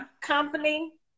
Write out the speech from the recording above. company